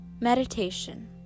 Meditation